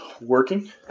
working